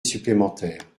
supplémentaire